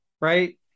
right